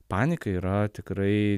panika yra tikrai